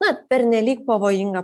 na pernelyg pavojinga